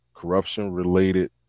corruption-related